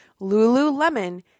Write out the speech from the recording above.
lululemon